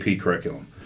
curriculum